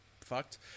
fucked